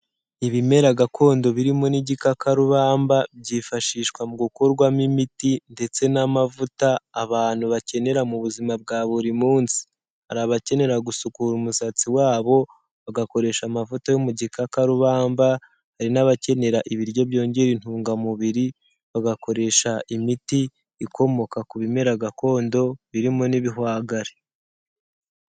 Ibimera gakondo birimo n'igikakarubamba, byifashishwa mu gukorwamo imiti ndetse n'amavuta abantu bakenera mu buzima bwa buri munsi. Hari abakenera gusukura umusatsi wabo, bagakoresha amavuta yo mu gikakarubamba, hari n'abakenera ibiryo byongera intungamubiri, bagakoresha imiti ikomoka ku bimera gakondo birimo n'ibihwagari.